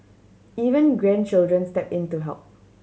even grandchildren step in to help